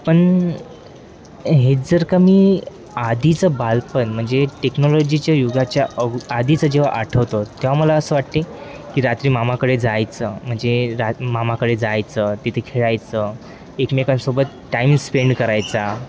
पण हे जर का मी आधीचं बालपण म्हणजे टेक्नॉलॉजीच्या युगाच्या अव आधीचं जेव्हा आठवतो तेव्हा मला असं वाटते की रात्री मामाकडे जायचं म्हणजे रा मामाकडे जायचं तिथे खेळायचं एकमेकांसोबत टाईम स्पेंड करायचा